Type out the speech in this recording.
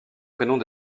prénoms